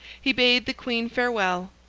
he bade the queen farewell,